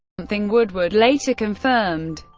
something woodward later confirmed.